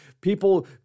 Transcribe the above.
people